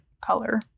color